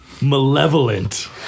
malevolent